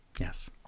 Yes